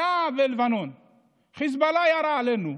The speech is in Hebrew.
בלבנון חיזבאללה ירה עלינו,